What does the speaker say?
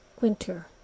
Winter